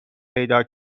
پیدا